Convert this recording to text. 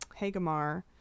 Hagamar